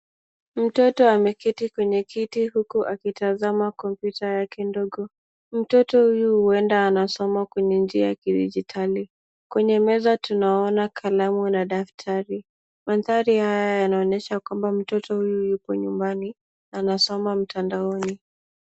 Mtoto ameketi kwenye kiti huku akitazama kompyuta yake ndogo. Mtoto huyo huenda anasoma kwenye njia ya kidijitali. Kwenye meza tunaona kalamu na daftari. Mandhari haya yanaonyesha kwamba mtoto huyu yupo nyumbani anasoma mtandaoni.